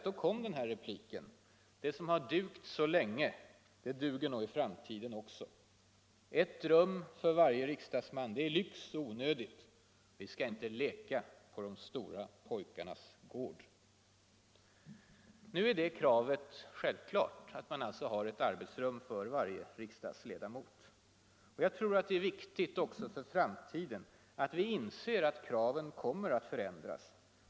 Då kom den här repliken: Det som har dugt så länge, det duger nog i framtiden också. Ett rum för varje riksdagsman är lyx och onödigt. Vi skall inte leka på de stora pojkarnas gård. Nu är det självklart att man skall ha ett arbetsrum för varje riksdagsledamot. Jag tror att det är viktigt också för framtiden att vi inser att kraven kommer att förändras.